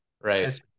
right